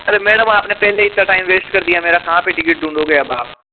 अरे मैडम आपने पहले ही इतना टाइम वेस्ट कर दिया मेरा कहाँ पर टिकट ढूंढोगे अब आप